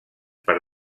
per